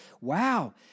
wow